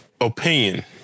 opinion